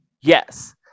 Yes